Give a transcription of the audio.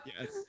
Yes